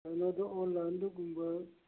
ꯀꯩꯅꯣꯗꯨ ꯑꯣꯟꯂꯥꯏꯟꯗꯒꯨꯝꯕ